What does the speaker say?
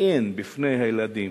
אין לילדים